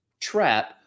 trap